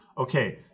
Okay